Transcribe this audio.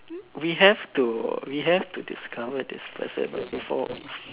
we have to we have to discover this person ah before